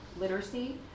literacy